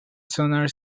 sonar